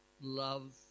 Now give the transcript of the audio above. love